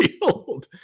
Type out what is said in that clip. field